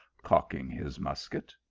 cocking his musket.